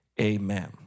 amen